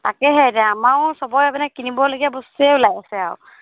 তাকেহে এতিয়া আমাৰো সবৰে এইপিনে কিনিবলগীয়া বস্তুয়েই ওলাই আছে আৰু